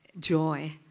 joy